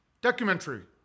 Documentary